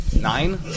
Nine